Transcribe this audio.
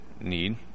need